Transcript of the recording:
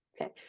okay